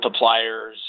multipliers